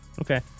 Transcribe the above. Okay